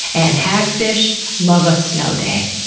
and hagfish love a snow day.